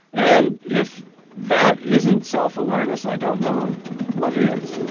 and if that isn't self awareness i don't know what is.